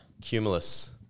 cumulus